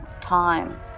time